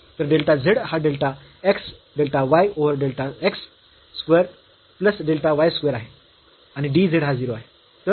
तर delta z हा delta x delta y over delta x square plus delta y square आहे आणि d z हा 0 आहे